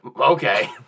Okay